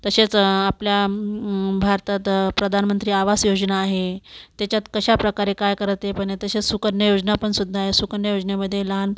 तसेच आपल्या भारतात प्रधानमंत्री आवास योजना आहे त्याच्यात कशाप्रकारे काय करते पण तसेच सुकन्या योजना पण सुद्धा आहे सुकन्या योजनेमध्ये लहान